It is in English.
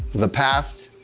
the past,